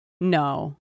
No